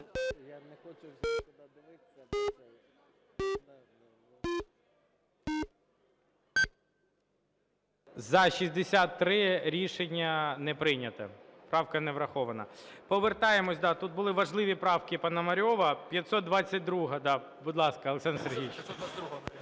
За-63 Рішення не прийнято. Правка не врахована. Повертаємось… Да, тут були важливі правки Пономарьова. 522-а, будь ласка, Олександр Сергійович.